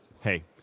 hey